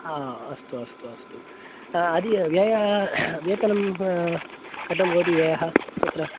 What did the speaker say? आ अस्तु अस्तु अस्तु अदि व्यय वेतनं कथं भवति व्ययः तत्र